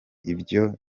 ibyo